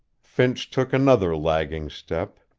finch took another lagging step,